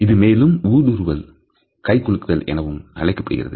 இது மேலும் ஊடுருவல் கை குலுக்குதல் எனவும் அழைக்கப்படுகிறது